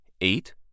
Eight